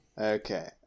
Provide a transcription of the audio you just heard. okay